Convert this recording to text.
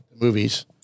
movies